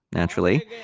naturally,